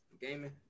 gaming